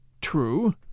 True